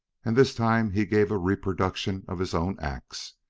and this time he gave a reproduction of his own acts.